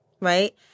right